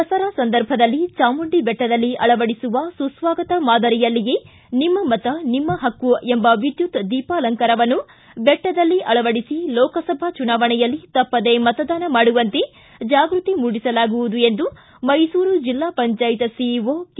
ದಸರಾ ಸಂದರ್ಭದಲ್ಲಿ ಚಾಮುಂಡಿಬೆಟ್ಟದಲ್ಲಿ ಅಳವಡಿಸುವ ಸುಸ್ವಾಗತ ಮಾದರಿಯಲ್ಲಿಯೇ ನಿಮ್ಮ ಮತ ನಿಮ್ಮ ಹಕ್ಕು ಎಂಬ ವಿದ್ಯುತ್ ದೀಪಾಲಂಕಾರವನ್ನು ಬೆಟ್ಟದಲ್ಲಿ ಅಳವಡಿಸಿ ಲೋಕಸಭಾ ಚುನಾವಣೆಯಲ್ಲಿ ತಪ್ಪದೆ ಮತದಾನ ಮಾಡುವಂತೆ ಜಾಗೃತಿ ಮೂಡಿಸಲಾಗುವುದು ಎಂದು ಮೈಸೂರು ಜಿಲ್ಲಾ ಪಂಚಾಯತ್ ಸಿಇಒ ಕೆ